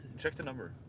check the number.